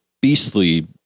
beastly